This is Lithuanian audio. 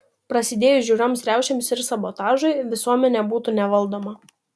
prasidėjus žiaurioms riaušėms ir sabotažui visuomenė būtų nevaldoma